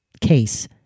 case